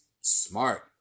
Smart